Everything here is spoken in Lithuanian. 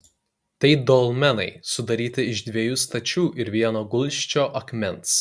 tai dolmenai sudaryti iš dviejų stačių ir vieno gulsčio akmens